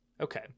Okay